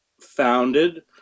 founded